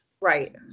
Right